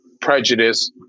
prejudice